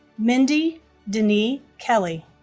mindee denee kelly